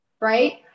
right